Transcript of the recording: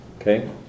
okay